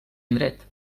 indret